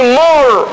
more